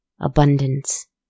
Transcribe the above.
abundance